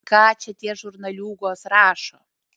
ką čia tie žurnaliūgos rašo